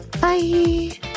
Bye